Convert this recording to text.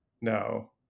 no